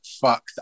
fuck